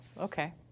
Okay